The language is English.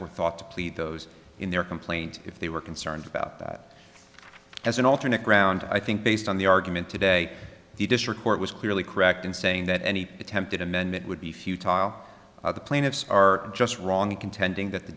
were thought to plead those in their complaint if they were concerned about that as an alternate ground i think based on the argument today the district court was clearly correct in saying that any attempted amendment would be futile the plaintiffs are just wrong contending that the